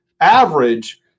average